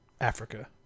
Africa